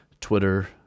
twitter